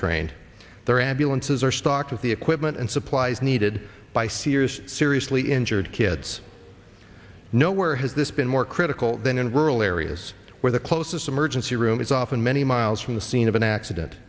trained their ambulances are stocked with the equipment and supplies needed by serious seriously injured kids nowhere has this been more critical than in rural areas where the closest emergency room is often many miles from the scene of an accident